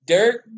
Dirt